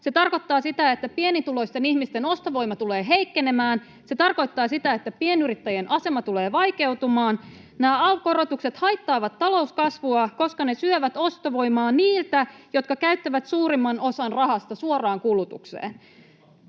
Se tarkoittaa sitä, että pienituloisten ihmisten ostovoima tulee heikkenemään, se tarkoittaa sitä, että pienyrittäjien asema tulee vaikeutumaan, ja nämä alv-korotukset haittaavat talouskasvua, koska ne syövät ostovoimaa niiltä, jotka käyttävät suurimman osan rahasta suoraan kulutukseen.